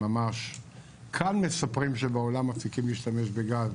כאן מספרים שבעולם מפסיקים להשתמש בגז.